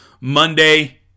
Monday